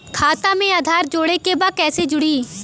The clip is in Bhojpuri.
खाता में आधार जोड़े के बा कैसे जुड़ी?